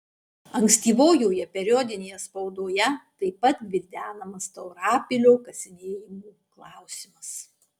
ankstyvojoje periodinėje spaudoje taip pat gvildenamas taurapilio kasinėjimų klausimas